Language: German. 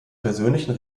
persönlichen